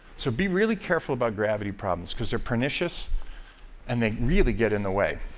so be really careful about gravity problems because they're pernicious and they really get in the way.